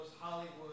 Hollywood